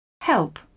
Help